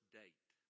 date